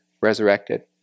resurrected